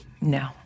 No